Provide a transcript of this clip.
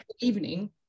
evening